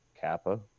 Kappa